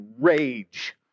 rage